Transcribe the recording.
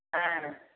ஆ